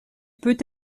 peut